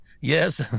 Yes